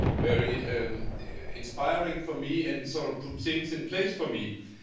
very and inspiring for me, and sort of put things in place for me.